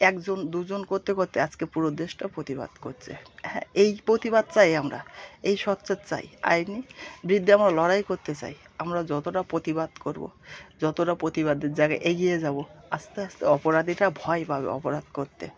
একজন দুজন করতে করতে আজকে পুরো দেশটা প্রতিবাদ করছে হ্যাঁ এই প্রতিবাদ চাই আমরা এই সোচ্চার চাই আইনের বিরুদ্ধে আমরা লড়াই করতে চাই আমরা যতটা প্রতিবাদ করবো যতোটা প্রতিবাদের জায়গায় এগিয়ে যাবো আস্তে আস্তে অপরাধীরা ভয় পাবে অপরাধ করতে